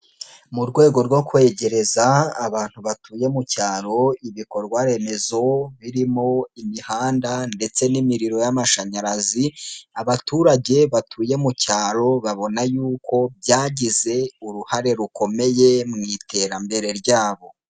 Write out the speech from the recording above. Mu rwego rwo kwegereza abantu batuye mu cyaro ibikorwaremezo birimo imihanda ndetse n'imiriro y'amashanyarazi, abaturage batuye mu cyaro babona yuko byagize uruhare rukomeye mu iterambere ryabo.